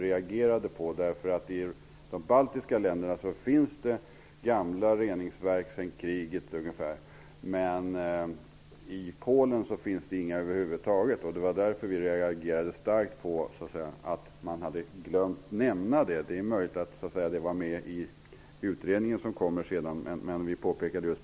I de baltiska länderna finns det gamla reningsverk ungefär sedan kriget ungefär, men i Polen finns det inga över huvud taget. Vi reagerade starkt på att man hade glömt att nämna det. Det är möjligt att det finns med i utredningen som kommer sedan, men vi påpekade bara det.